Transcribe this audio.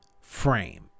frame